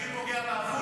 זה הכי פוגע בעפולה,